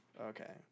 Okay